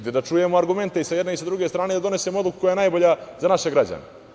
Dajte da čujemo argumente i sa jedne i sa druge strane i da donesemo odluku koja je najbolja za naše građane.